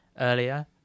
earlier